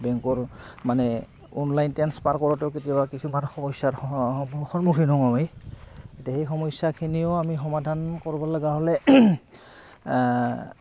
বেংকৰ মানে online transfer কৰোঁতে কেতিয়াবা কিছুমান সমস্যাৰ সন্মুখীন এতিয়া সেই সমস্যাখিনিও আমি সমাধান কৰিব লগা হ'লে